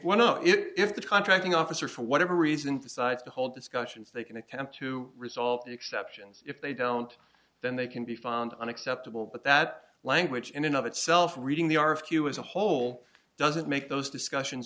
can one up if the contracting officer for whatever reason decides to hold discussions they can attempt to resolve the exceptions if they don't then they can be found unacceptable but that language in and of itself reading the are a few is a whole doesn't make those discussions